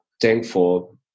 thankful